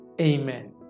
Amen